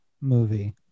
movie